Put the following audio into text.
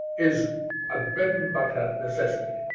is a bread and butter necessity,